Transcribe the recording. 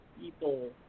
people